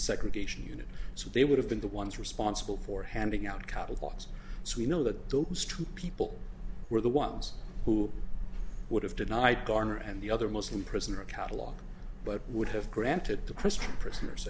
the segregation unit so they would have been the ones responsible for handing out cotton was so we know that those two people were the ones who would have denied garner and the other muslim prisoner a catalog but would have granted to christian prisoners